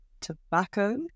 tobacco